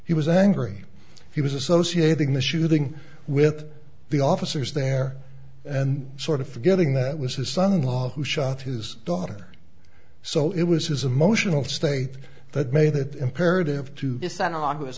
he was angry he was associating the shooting with the officers there and sort of forgetting that was his son in law who shot his daughter so it was his emotional state that made it imperative to